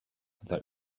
there